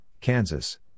Kansas